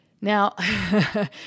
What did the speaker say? Now